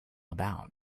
about